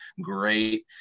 great